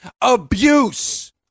Abuse